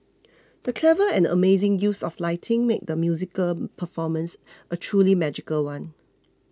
the clever and amazing use of lighting made the musical performance a truly magical one